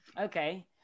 okay